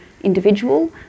individual